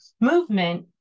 movement